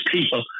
people